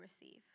receive